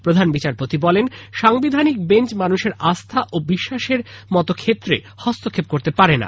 প্রধান বিচারপতি বলেন যে সাংবিধানিক বেঞ্চ মানুষের আস্থা ও বিশ্বাসের মতো ক্ষেত্রে হস্তক্ষেপ করতে পারে না